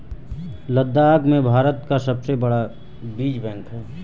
लद्दाख में भारत का सबसे बड़ा बीज बैंक है